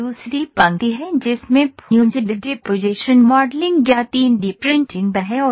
यह दूसरी पंक्ति है जिसमें फ्यूज्ड डिपोजिशन मॉडलिंग या 3 डी प्रिंटिंग है